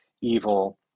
evil